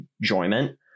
enjoyment